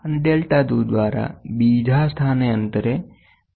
અને 2 દ્વારા બીજા સ્થાને વધ્યું છે